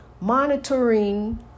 Monitoring